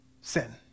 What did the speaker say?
Sin